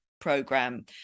program